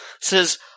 says